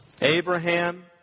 Abraham